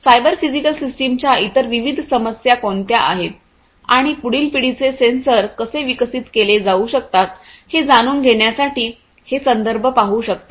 cyber physical सिस्टमच्या इतर विविध समस्या कोणत्या आहेत आणि पुढील पिढीचे सेन्सर कसे विकसित केले जाऊ शकतात हे जाणून घेण्यासाठी हे संदर्भ पाहू शकता